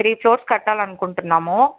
three floors కట్టాలి అనుకుంటున్నాము